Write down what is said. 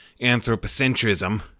anthropocentrism